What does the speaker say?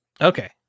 Okay